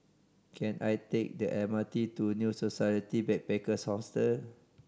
can I take the M R T to New Society Backpackers' Hotel